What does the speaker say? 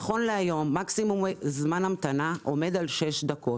נכון להיום מקסימום זמן המתנה עומד על שש דקות.